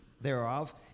thereof